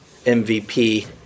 MVP